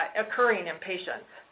occurring in patients.